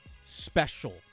special